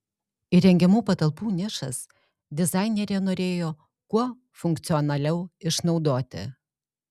įrengiamų patalpų nišas dizainerė norėjo kuo funkcionaliau išnaudoti